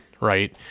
right